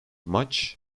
maç